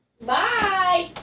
Bye